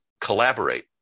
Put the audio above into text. collaborate